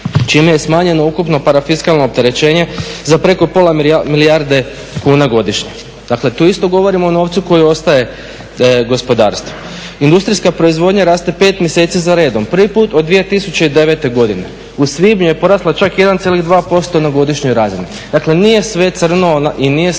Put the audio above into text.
čime je smanjeno ukupno parafiskalno opterećenje za preko pola milijarde kuna godišnje. Dakle tu isto govorimo o novcu koji ostaje gospodarstvu. Industrijska proizvodnja raste 5 mjeseci za redom, prvi puta od 2009. godine. U svibnju je porasla čak 1,2% na godišnjoj razini. Dakle, nije sve crno i nije sve tako